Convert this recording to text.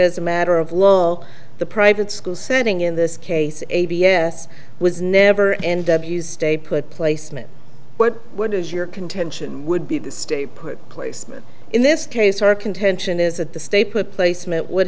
as a matter of law the private school setting in this case a b s was never and stay put placement but what is your contention would be the state put placement in this case our contention is that the stay put placement would